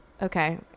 Okay